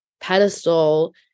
pedestal